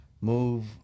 Move